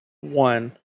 one